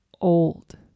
old